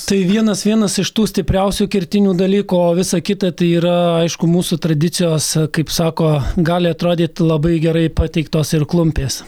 tai vienas vienas iš tų stipriausių kertinių dalykų o visa kita tai yra aišku mūsų tradicijos kaip sako gali atrodyti labai gerai pateiktos ir klumpės